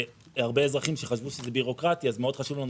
הרבה אזרחים חשבו שזה בירוקרטי אז מאוד חשוב לנו